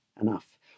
enough